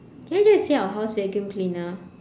can I just say our house vacuum cleaner